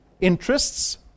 interests